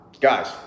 guys